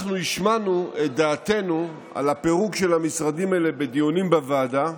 אנחנו השמענו את דעתנו על הפירוק של המשרדים האלה בדיונים בוועדה,